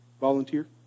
volunteer